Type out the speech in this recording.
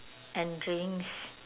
and drinks